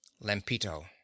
Lampito